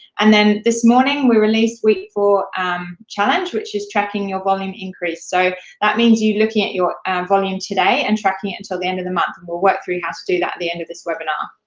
and then, this morning, we released week four um challenge, which is tracking your volume increase, so that means you're looking at your volume today and tracking it until the end of the month, and we'll work through how to do that at end of this webinar.